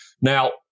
now